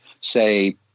say